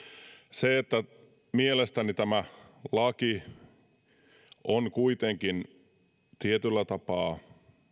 mielestäni tämä laki on kuitenkin tietyllä tapaa